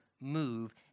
move